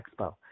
expo